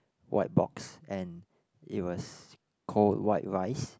white box and it was cold white rice